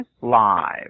live